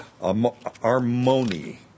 Armoni